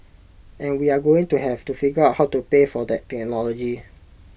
and we're going to have to figure out how to pay for that technology